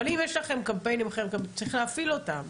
אבל אם יש לכם קמפיינים, צריך להפעיל אותם.